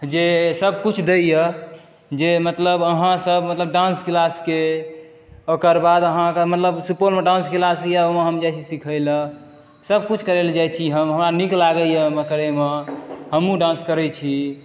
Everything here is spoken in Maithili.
जे सब कुछ दैए जे मतलब अहाँ सब मतलब डान्स क्लास के ओकर बाद अहाँके मतलब सुपौलमे डान्स क्लास यऽ ओइमे हम जाइ छी सिखै लेऽ सब कुछ करै लेऽ जाइ छी हम हमरा नीक लागैए करैमे हमहूँ डान्स करै छी